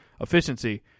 efficiency